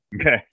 Okay